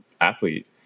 athlete